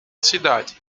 cidade